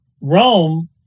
Rome